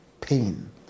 pain